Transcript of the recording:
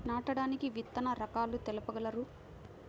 నాటడానికి విత్తన రకాలు తెలుపగలరు?